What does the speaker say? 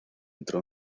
entró